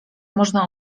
można